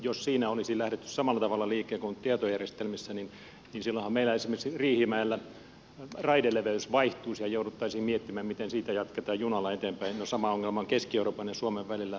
jos siinä olisi lähdetty samalla tavalla liikkeelle kuin tietojärjestelmissä niin silloinhan meillä esimerkiksi riihimäellä raideleveys vaihtuisi ja jouduttaisiin miettimään miten siitä jatketaan junalla eteenpäin no sama ongelma on keski euroopan ja suomen välillä